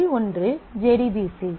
அதில் ஒன்று JDBC